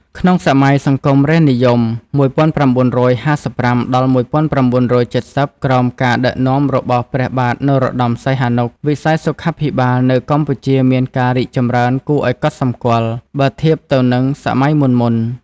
ក្នុងសម័យសង្គមរាស្រ្តនិយម ១៩៥៥-១៩៧០ ក្រោមការដឹកនាំរបស់ព្រះបាទនរោត្តម សីហនុ វិស័យសុខាភិបាលនៅកម្ពុជាមានការរីកចម្រើនគួរឱ្យកត់សម្គាល់ បើធៀបទៅនឹងសម័យមុនៗ។